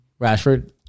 Rashford